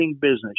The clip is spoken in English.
business